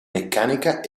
meccanica